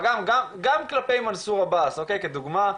אגב, גם כלפי מנסור עבאס, אוקיי, כדוגמה.